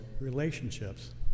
relationships